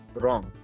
wrong